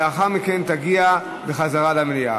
לאחר מכן תגיע הצעת החוק בחזרה למליאה.